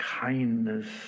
kindness